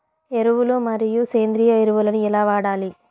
ఎరువులు మరియు సేంద్రియ ఎరువులని ఎలా వాడాలి?